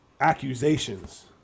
Accusations